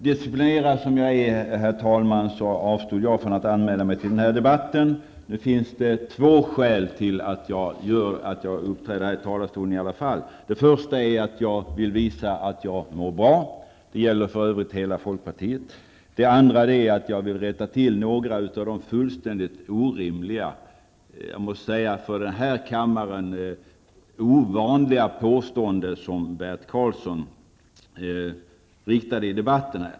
Disciplinerad som jag är, herr talman, avstod jag från att anmäla mig till den här debatten. Nu finns det två skäl till att jag uppträder i talarstolen i alla fall. Det första är att jag vill visa att jag mår bra. Det gäller för övrigt hela folkpartiet. Det andra är att jag vill rätta till några av de fullständigt orimliga, jag måste säga för den här kammaren ovanliga, påståenden som Bert Karlsson framfört.